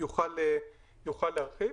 יוכל להרחיב.